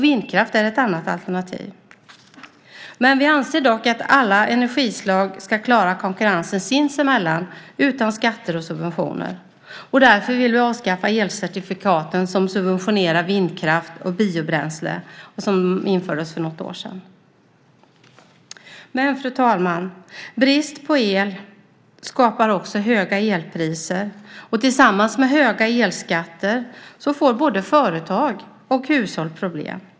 Vindkraft är ett annat alternativ. Vi anser dock att alla energislag ska klara konkurrensen sinsemellan utan skatter och subventioner. Därför vill vi avskaffa de elcertifikat som subventionerar vindkraft och biobränsle som infördes för något år sedan. Fru talman! Brist på el skapar också höga elpriser. Tillsammans med höga elskatter får både företag och hushåll problem.